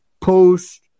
post